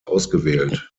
ausgewählt